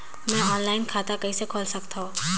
मैं ऑनलाइन खाता कइसे खोल सकथव?